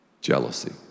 Jealousy